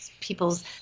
people's